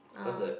ah